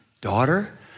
daughter